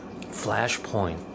flashpoint